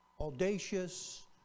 Audacious